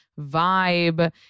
vibe